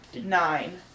Nine